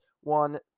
one